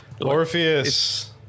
Orpheus